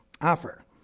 offer